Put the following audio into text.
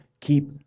keep